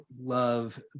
love